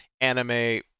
anime